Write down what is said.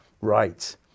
right